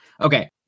Okay